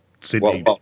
Sydney